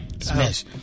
smash